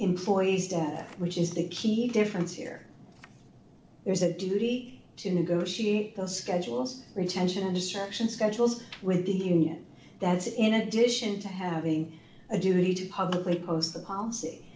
employees data which is the key difference here there's a duty to negotiate those schedules retention and destruction schedules with the union that is in addition to having a duty to publicly post the policy